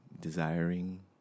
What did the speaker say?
desiring